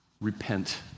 Repent